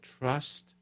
trust